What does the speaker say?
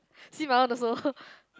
see my one also